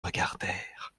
regardèrent